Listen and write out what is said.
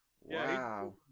Wow